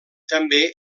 també